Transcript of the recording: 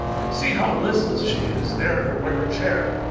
and see how listless she is, there in her wicker chair.